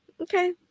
Okay